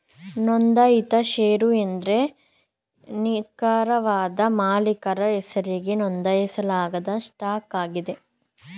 ನೊಂದಾಯಿತ ಶೇರು ಎಂದ್ರೆ ನಿಖರವಾದ ಮಾಲೀಕರ ಹೆಸರಿಗೆ ನೊಂದಾಯಿಸಲಾದ ಸ್ಟಾಕ್ ಆಗಿದೆ